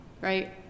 right